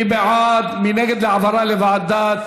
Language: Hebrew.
מי בעד ומי נגד העברה לוועדה?